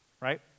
right